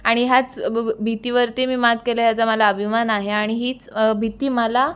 आणि ह्याच ब ब भीतीवरती मी मात केलं याचा मला अभिमान आहे आणि हीच भीती मला